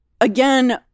again